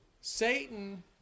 Satan